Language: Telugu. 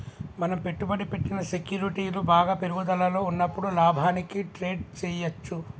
మనం పెట్టుబడి పెట్టిన సెక్యూరిటీలు బాగా పెరుగుదలలో ఉన్నప్పుడు లాభానికి ట్రేడ్ చేయ్యచ్చు